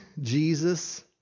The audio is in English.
Jesus